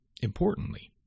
Importantly